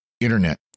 internet